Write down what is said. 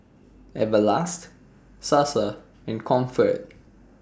Everlast Sasa and Comfort